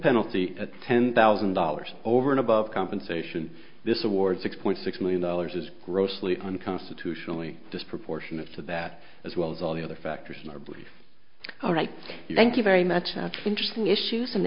penalty at ten thousand dollars over and above compensation this award six point six million dollars is grossly unconstitutionally disproportionate to that as well as all the other factors in our belief all right thank you very much interesting issue